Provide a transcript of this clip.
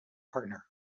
partner